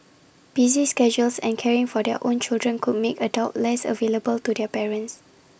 busy schedules and caring for their own children could make adult less available to their parents